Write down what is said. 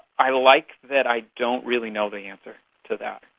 i like that i don't really know the answer to that.